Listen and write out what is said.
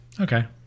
Okay